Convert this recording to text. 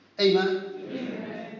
Amen